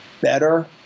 better